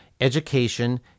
education